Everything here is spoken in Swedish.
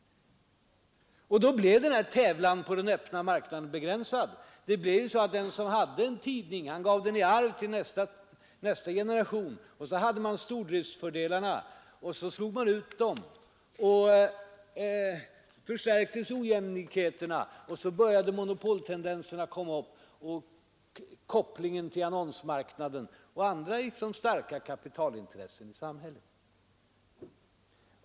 Och då blev denna tävlan på den öppna marknaden begränsad. Det blev så att den som hade en tidning gav den i arv till nästa generation i familjen. Man hade stordriftsfördelarna och slog ut konkurrenterna med dem, och så förstärktes ojämlikheterna, och monopoltendenserna började komma liksom kopplingen till annonsmarknaden och andra starka kapitalintressen i samhället.